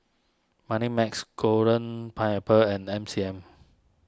Moneymax Golden Pineapple and M C M